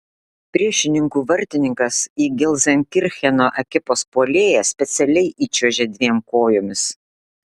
priešininkų vartininkas į gelzenkircheno ekipos puolėją specialiai įčiuožė dviem kojomis